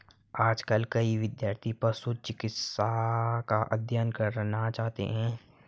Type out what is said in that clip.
आजकल कई विद्यार्थी पशु चिकित्सा का अध्ययन करना चाहते हैं